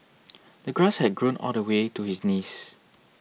the grass had grown all the way to his knees